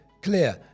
clear